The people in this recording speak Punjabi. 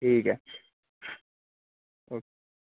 ਠੀਕ ਆ ਓਕ